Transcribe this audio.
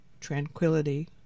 tranquility